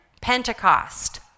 Pentecost